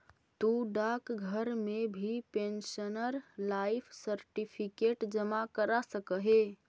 तु डाकघर में भी पेंशनर लाइफ सर्टिफिकेट जमा करा सकऽ हे